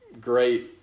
great